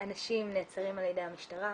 אנשים נעצרים על ידי המשטרה,